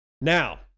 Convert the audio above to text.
Now